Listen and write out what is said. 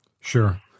Sure